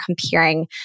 comparing